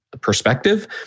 perspective